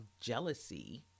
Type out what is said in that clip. jealousy